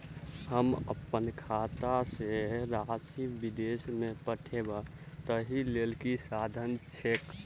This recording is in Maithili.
हम अप्पन खाता सँ राशि विदेश मे पठवै ताहि लेल की साधन छैक?